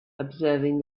observing